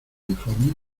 informe